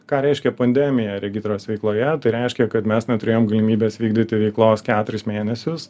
ką reiškia pandemija regitros veikloje tai reiškia kad mes neturėjom galimybės vykdyti veiklos keturis mėnesius